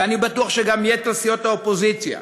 ואני בטוח שגם יתר סיעות האופוזיציה,